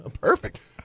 perfect